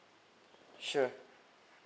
sure